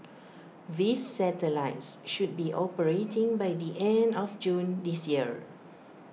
these satellites should be operating by the end of June this year